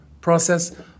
process